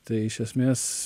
tai iš esmės